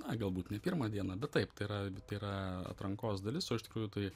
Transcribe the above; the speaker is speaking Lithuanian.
na galbūt ne pirmą dieną bet taip tai yra tai yra atrankos dalis o iš tikrųjų tai